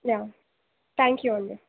yeah thank you అండి